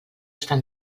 estar